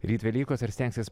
ryt velykos ar stengsies